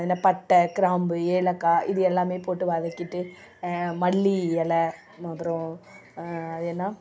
இந்த பட்டை கிராம்பு ஏலக்காய் இது எல்லாம் போட்டு வதக்கிட்டு மல்லி இலை அப்புறம் அது என்னா